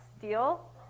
Deal